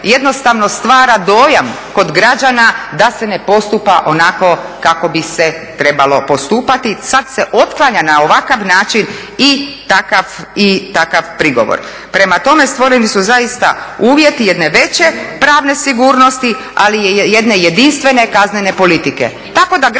jednostavno stvara dojam kod građana da se ne postupka onako kako bi se trebalo postupati. Sad se otklanja na ovakav način i takav prigovor. Prema tome stvoreni su zaista uvjeti jedne veće pravne sigurnosti ali i jedne jedinstvene kaznene politike,